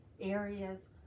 areas